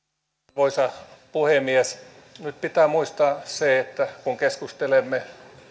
arvoisa puhemies nyt pitää muistaa se että kun keskustelemme